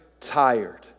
tired